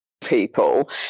people